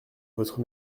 votre